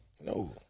No